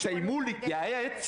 שיתכלל את המלחמה,